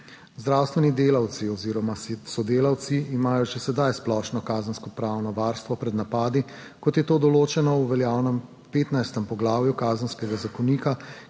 Zdravstveni delavci oziroma sodelavci imajo že sedaj splošno kazenskopravno varstvo pred napadi, kot je to določeno v veljavnem 15. poglavju Kazenskega zakonika,